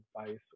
advice